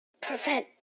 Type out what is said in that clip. prevent